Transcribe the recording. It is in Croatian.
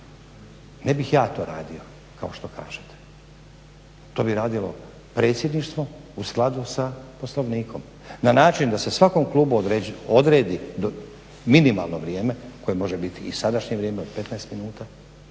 ne bih ja to radio kao što kažete. To bi radilo predsjedništvo u skladu sa Poslovnikom na način da se svakom klubu odredi minimalno vrijeme koje može biti i sadašnje vrijeme od 15 minuta